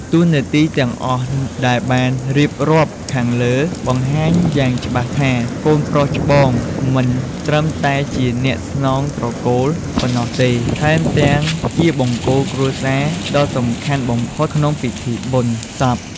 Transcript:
តួនាទីទាំងអស់ដែលបានរៀបរាប់ខាងលើ បង្ហាញយ៉ាងច្បាស់ថា កូនប្រុសច្បងមិនត្រឹមតែជាអ្នកស្នងត្រកូលប៉ុណ្ណោះទេ ថែមទាំងជាបង្គោលគ្រួសារដ៏សំខាន់បំផុតក្នុងពិធីបុណ្យសព។